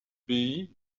pays